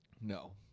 No